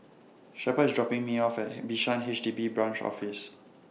Shepherd IS dropping Me off At Bishan H D B Branch Office